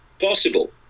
Possible